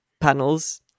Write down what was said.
panels